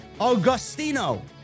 Augustino